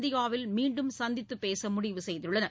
இந்தியாவில் மீண்டும் சந்தித்துப் பேச முடிவு செய்துள்ளனர்